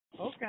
Okay